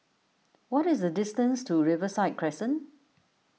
what is the distance to Riverside Crescent